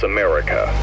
America